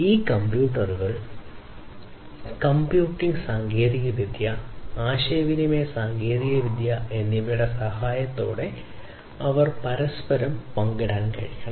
ഈ കമ്പ്യൂട്ടറുകൾ കമ്പ്യൂട്ടിംഗ് സാങ്കേതികവിദ്യ ആശയവിനിമയ സാങ്കേതികവിദ്യ എന്നിവയുടെ സഹായത്തോടെ അവർ പരസ്പരം വിവരങ്ങൾ പങ്കിടാൻ കഴിയണം